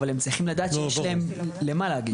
אבל הם צריכים לדעת שיש להם למה להגיש.